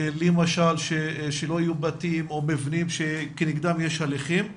למשל שלא יהיו בתים או מבנים שכנגדם יש הליכים,